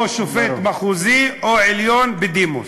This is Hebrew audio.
או שופט מחוזי או שופט עליון בדימוס.